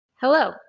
Hello